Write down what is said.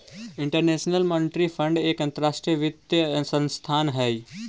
international monetary fund एक अंतरराष्ट्रीय वित्तीय संस्थान हई